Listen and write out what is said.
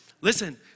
Listen